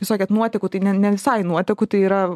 jūs sakėt nuotekų tai ne ne visai nuotekų tai yra